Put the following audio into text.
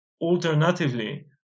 Alternatively